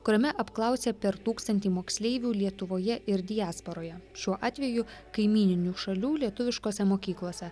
kuriame apklausė per tūkstantį moksleivių lietuvoje ir diasporoje šiuo atveju kaimyninių šalių lietuviškose mokyklose